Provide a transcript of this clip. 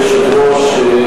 אדוני היושב-ראש,